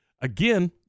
again